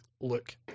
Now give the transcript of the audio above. Look